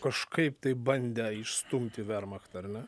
kažkaip tai bandę išstumti vermachtą ar ne